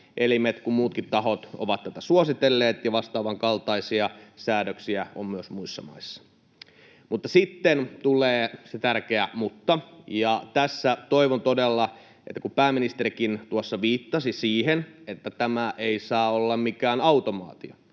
kuin muutkin tahot ovat tätä suositelleet ja vastaavan kaltaisia säädöksiä on myös muissa maissa. Mutta sitten tulee se tärkeä mutta, ja tässä toivon todella, kuten pääministerikin viittasi, että tämä ei saa olla mikään automaatio,